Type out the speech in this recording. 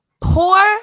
poor